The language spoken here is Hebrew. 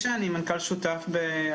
שהייתה לי הזכות ואני בטוח שלכולכם,